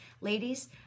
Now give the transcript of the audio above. Ladies